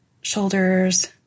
shoulders